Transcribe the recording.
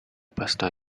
pasta